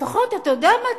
לפחות, אתה יודע מה?